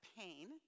pain